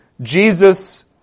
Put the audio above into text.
Jesus